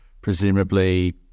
presumably